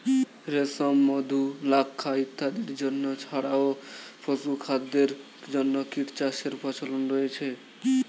রেশম, মধু, লাক্ষা ইত্যাদির জন্য ছাড়াও পশুখাদ্যের জন্য কীটচাষের প্রচলন রয়েছে